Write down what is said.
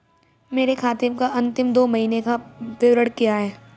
मेरे खाते का अंतिम दो महीने का विवरण क्या है?